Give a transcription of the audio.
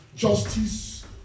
Justice